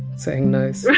saying nose. right.